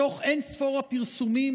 בתוך אין-ספור הפרסומים,